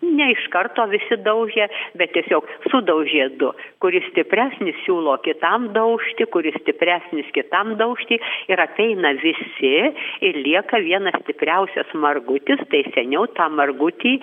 ne iš karto visi daužia bet tiesiog sudaužė du kuris stipresnis siūlo kitam daužti kuris stipresnis kitam daužti ir apeina visi ir lieka vienas stipriausias margutis tai seniau tą margutį